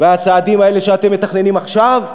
הצעדים האלה שאתם מתכננים עכשיו,